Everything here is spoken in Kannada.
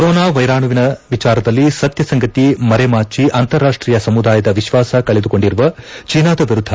ಕೊರೊನಾ ವೈರಾಣುವಿನ ವಿಚಾರದಲ್ಲಿ ಸತ್ಯ ಸಂಗತಿ ಮರೆಮಾಚಿ ಅಂತಾರಾಷ್ಷೀಯ ಸಮುದಾಯದ ವಿಶ್ವಾಸ ಕಳೆದುಕೊಂಡಿರುವ ಚೀನಾದ ವಿರುದ್ದ